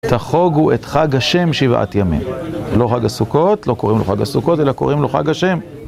תחוגו את חג השם שבעת ימים, לא חג הסוכות, לא קוראים לו חג הסוכות, אלא קוראים לו חג השם.